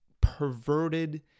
perverted